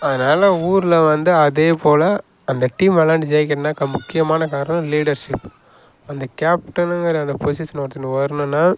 அதனால் ஊரில் வந்து அதே போல அந்த டீம் விளாண்டு ஜெயிக்கணுன்னா கப் முக்கியமான காரணம் லீடர்ஷிப் அந்த கேப்டனுங்கிற அந்த பொஷிஷன் ஒருத்தனுக்கு வரணும்னா